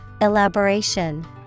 Elaboration